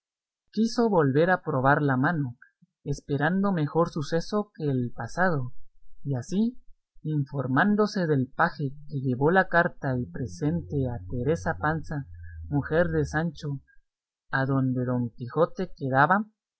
quiso volver a probar la mano esperando mejor suceso que el pasado y así informándose del paje que llevó la carta y presente a teresa panza mujer de sancho adónde don quijote quedaba